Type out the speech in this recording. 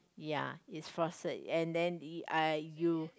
ya it's frosted and then !ee! uh you